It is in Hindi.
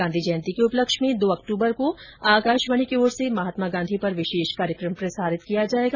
गांधी जयन्ती के उपलक्ष्य में दो अक्टूबर को आकाशवाणी की ओर से महात्मा गांधी पर विशेष कार्यक्रम प्रसारित किया जाएगा